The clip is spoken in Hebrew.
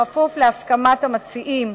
בכפוף להסכמת המציעים